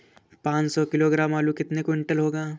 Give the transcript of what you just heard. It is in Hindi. पाँच सौ किलोग्राम आलू कितने क्विंटल होगा?